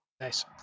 Nice